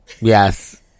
Yes